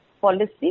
policy